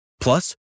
Plus